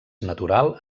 natural